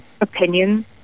opinions